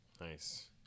Nice